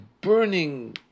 burning